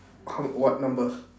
how what number